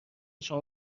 شما